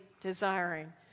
desiring